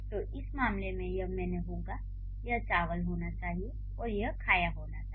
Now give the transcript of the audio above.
तो इस मामले में यह "मैंने" होगा यह "चवाल" होना चाहिए और यह "खाया" होना चाहिए